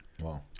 Wow